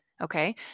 okay